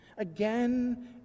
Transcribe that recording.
again